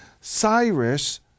Cyrus